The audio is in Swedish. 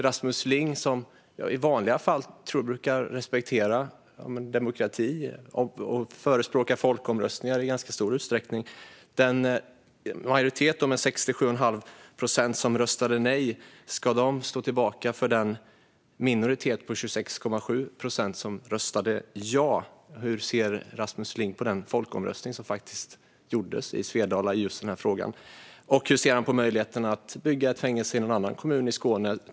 Rasmus Ling brukar i vanliga fall respektera demokrati och förespråka folkomröstningar i ganska stor utsträckning. Den majoritet på 67 1⁄2 procent som röstade nej, ska den stå tillbaka för den minoritet på 26,7 procent som röstade ja? Hur ser Rasmus Ling på den folkomröstning som faktiskt gjordes i Svedala i denna fråga? Jag undrar också hur Rasmus Ling ser på möjligheten att bygga ett fängelse i någon annan kommun i Skåne.